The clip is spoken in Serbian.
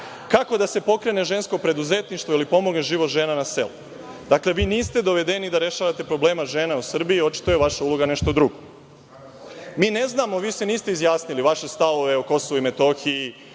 Kako da se pokrene žensko preduzetništvo ili pomogne život žena na selu? Dakle, vi niste dovedeni da rešavate probleme žena u Srbiji, očito je vaša uloga nešto drugo. Mi ne znamo, vi se niste izjasnili, vaše stavove o KiM, o